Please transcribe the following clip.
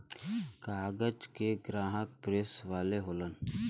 कागज के ग्राहक प्रेस वाले होलन